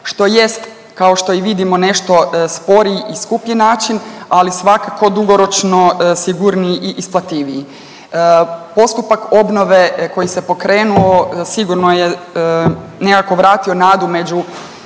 što jest kao što i vidimo nešto sporiji i skuplji način, ali svakako dugoročno sigurniji i isplativiji. Postupak obnove koji se pokrenuo sigurno je nekako vratio nadu među